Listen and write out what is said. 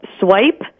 swipe